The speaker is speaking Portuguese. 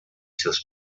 seus